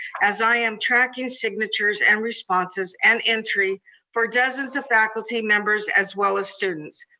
as i am tracking signatures and responses, and entry for dozens of faculty members as well as students.